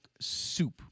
soup